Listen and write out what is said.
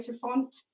font